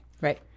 right